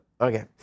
Okay